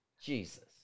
Jesus